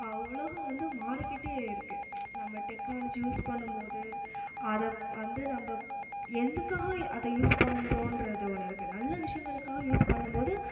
உலகம் வந்து மாறிக்கிட்டே இருக்குது நம்ம டெக்னாலஜி யூஸ் பண்ணும் போது அதை வந்து நம்ம எதுக்காக அதை யூஸ் பண்றோன்றது ஒன்று இருக்குது நல்ல விஷயங்களுக்காக யூஸ் பண்ணும் போது